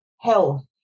health